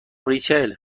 ریچل